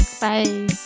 Bye